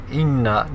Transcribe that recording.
inna